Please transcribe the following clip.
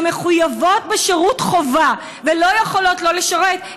שמחויבות בשירות חובה ולא יכולות שלא לשרת,